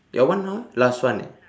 your one how last one eh